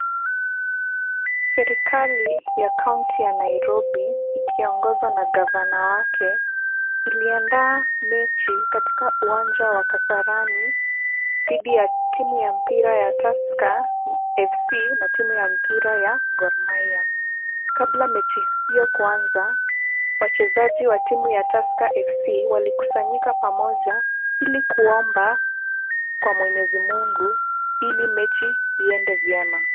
Serikali ya kaunti ya Nairobi, ikiongozwa na gavana wake, iliandaa mechi, katika uwanja wa Kasarani, dhidi ya timu ya mpira ya Tusker FC na timu ya mpira ya Gor Mahia. Kabla ya mechi hiyo kuanza, wachezaji wa timu ya Tusker FC, walikusanyika pamoja ili kuomba kwa mwenyezi Mungu, ili mechi iende vyema.